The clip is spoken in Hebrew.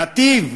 "נתיב",